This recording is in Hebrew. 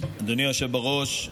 אדוני היושב בראש.